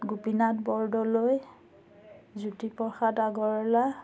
Gopinath Bordoloi Jyotiprasad Agarwala